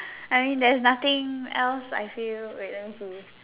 I mean there's nothing else I feel wait let me see